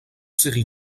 série